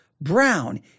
brown